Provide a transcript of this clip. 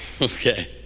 okay